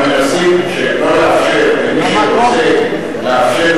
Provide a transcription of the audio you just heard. אנחנו מנסים לא לאפשר למי שרוצה לאפשר